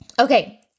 Okay